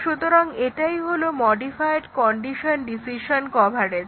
সুতরাং এটাই হলো মডিফাইড কন্ডিশন ডিসিশন কভারেজ